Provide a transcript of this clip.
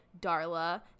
Darla